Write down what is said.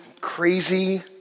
crazy